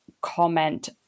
comment